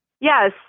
yes